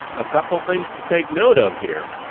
a couple things to take note of here.